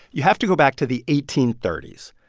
you have to go back to the eighteen thirty s.